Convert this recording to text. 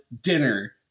dinner